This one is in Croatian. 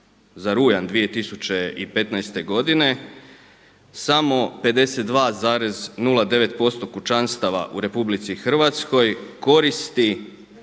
za rujan 2015. godine samo 52,09% kućanstava u Republici koristi